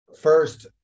first